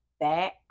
back